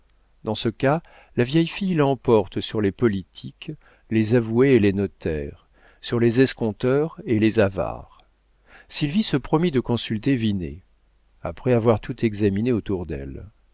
dans ce cas la vieille fille l'emporte sur les politiques les avoués et les notaires sur les escompteurs et les avares sylvie se promit de consulter vinet après avoir tout examiné autour d'elle